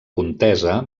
contesa